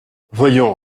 voyons